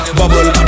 bubble